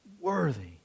worthy